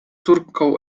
córką